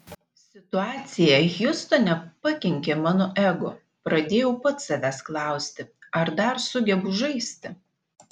situacija hjustone pakenkė mano ego pradėjau pats savęs klausti ar dar sugebu žaisti